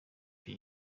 icyo